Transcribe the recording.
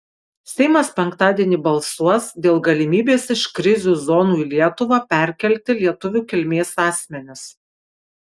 seimas penktadienį balsuos dėl galimybės iš krizių zonų į lietuvą perkelti lietuvių kilmės asmenis